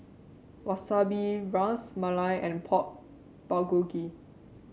Wasabi Ras Malai and Pork Bulgogi